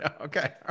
Okay